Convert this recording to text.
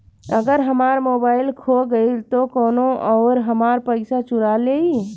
अगर हमार मोबइल खो गईल तो कौनो और हमार पइसा चुरा लेइ?